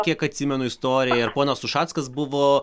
kiek atsimenu istoriją ir ponas ušackas buvo